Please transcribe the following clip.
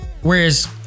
Whereas